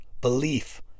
belief